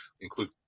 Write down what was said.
include